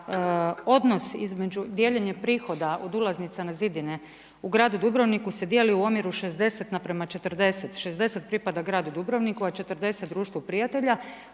odnos između dijeljenja prihoda od ulaznica na zidine u gradu Dubrovniku se dijeli u omjeru 60:40. 60 pripada gradu Dubrovniku, a 40 Društvu prijatelja